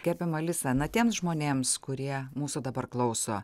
gerbiama alisa na tiems žmonėms kurie mūsų dabar klauso